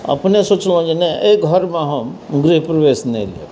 अपने सोचलहुँ जे नहि अइ घऽरमे हम गृहप्रवेश नहि लेब